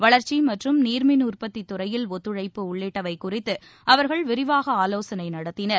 வளர்ச்சி மற்றும் நீர் மின் உற்பத்தி துறையில் ஒத்துழைப்பு உள்ளிட்டவை குறித்து அவர்கள் விரிவாக ஆலோசனை நடத்தினர்